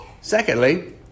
Secondly